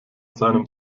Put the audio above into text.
seinem